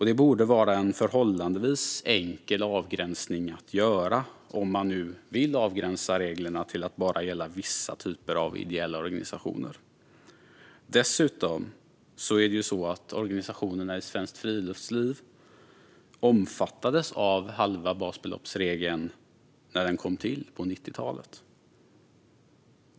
Det borde vara en förhållandevis enkel avgränsning att göra, om man nu vill avgränsa reglerna till att bara gälla vissa typer av ideella organisationer. Dessutom omfattades organisationerna i Svenskt Friluftsliv av halva basbelopp-regeln när den kom till på 90-talet.